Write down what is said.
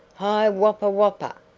hi wup wup